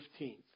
15th